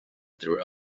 their